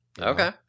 Okay